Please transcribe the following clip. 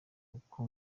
kuko